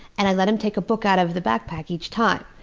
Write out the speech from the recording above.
and i let him take a book out of the backpack each time.